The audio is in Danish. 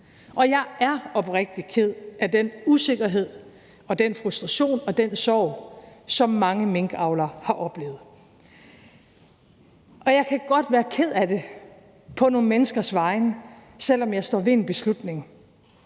Og jeg er oprigtig ked af den usikkerhed og den frustration og den sorg, som mange minkavlere har oplevet. Og jeg kan godt være ked af det på nogle menneskers vegne, selv om jeg står ved en beslutning.